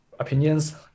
opinions